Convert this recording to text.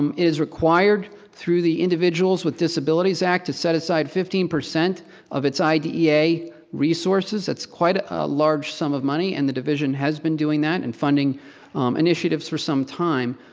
um it is required through the individuals with disabilities act to set aside fifteen percent of its idea resources, that's quite a ah large sum of money, and the division has been doing that, and funding initiatives for some time.